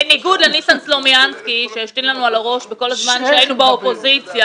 בניגוד לניסן סלומינסקי שהשתין לנו על הראש וכל הזמן התעמר באופוזיציה,